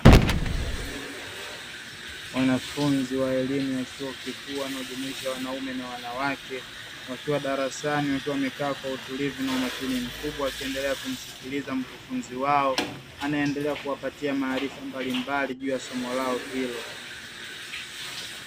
Wanafunzi wa elimu ya chuo kikuu wanaojumuisha wanaume na wanwake, wakiwa darasani wakiwa wamekaa kwa utukivu na umakini mkubwa wakiendelea kumsikiliza mkufunzi wao, anaendelea kuwapatia maarifa mbalimbali juu ya somo lao hilo.